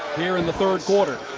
here in the third quarter.